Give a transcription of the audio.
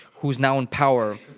who is now in power,